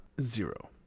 zero